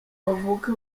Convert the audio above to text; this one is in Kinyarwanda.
bavuka